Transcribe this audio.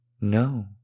No